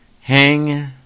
Hang